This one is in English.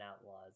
Outlaws